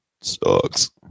Sucks